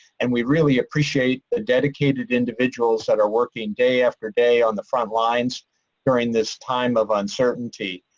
and we really appreciate the dedicated individuals that are working day after day on the frontlines during this time of uncertainty.